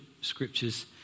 scriptures